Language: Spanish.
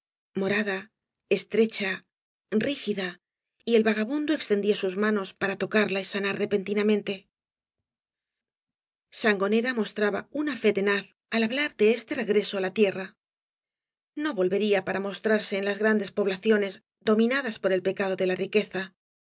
morada estrecha rígida y el vagabundo extendía sus manos para tocaría y sanar repentinamente sangonera mostraba una fe tenaz al hablar de este regreso á la tierra no volvería para mostrarse ea las grandes poblaciones dominadas por el pecado de la riqueza